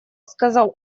сказал